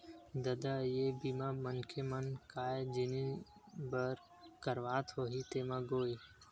ददा ये बीमा मनखे मन काय जिनिय बर करवात होही तेमा गोय?